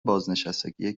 بازنشستگی